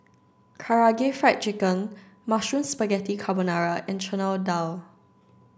karaage fried chicken mushroom spaghetti carbonara and chana dal